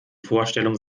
vorstellung